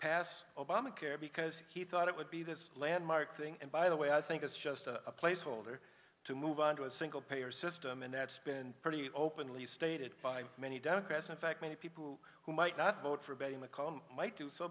pass obamacare because he thought it would be this landmark thing and by the way i think it's just a placeholder to move on to a single payer system and that's been pretty openly stated by many democrats in fact many people who might not vote for betty mccollum might do so